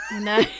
No